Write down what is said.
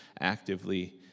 actively